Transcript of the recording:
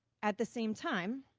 at the same time,